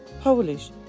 Polish